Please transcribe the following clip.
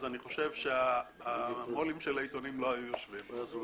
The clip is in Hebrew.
אני חושב שהמו"לים של העיתונים לא היו יושבים פה.